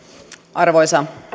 arvoisa